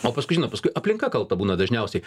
o paskui žinot paskui aplinka kalta būna dažniausiai